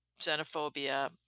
xenophobia